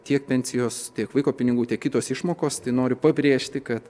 tiek pensijos tiek vaiko pinigų tik kitos išmokos tai noriu pabrėžti kad